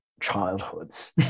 childhoods